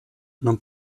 non